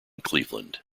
cleveland